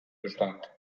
bestand